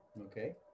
Okay